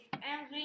Henry